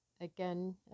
Again